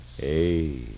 Hey